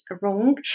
wrong